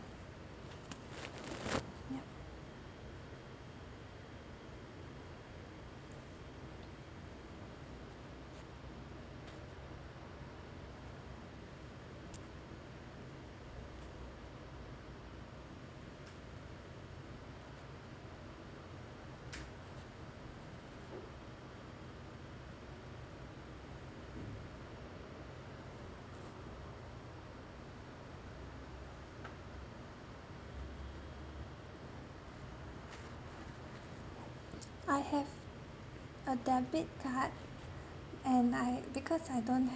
yup I have a debit card and I because I don't have